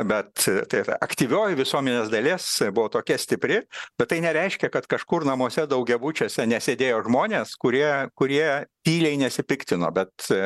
bet tai yra aktyvioji visuomenės dalies buvo tokia stipri bet tai nereiškia kad kažkur namuose daugiabučiuose nesėdėjo žmonės kurie kurie tyliai nesipiktino bet